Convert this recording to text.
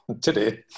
today